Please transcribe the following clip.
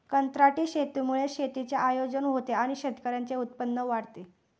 कंत्राटी शेतीमुळे शेतीचे आयोजन होते आणि शेतकऱ्यांचे उत्पन्न वाढते